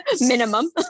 minimum